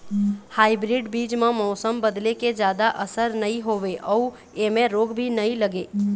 hybrid बीज म मौसम बदले के जादा असर नई होवे अऊ ऐमें रोग भी नई लगे